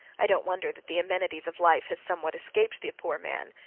i don't wonder that the amenities of life have somewhat escaped the poor man.